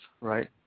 right